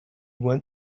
went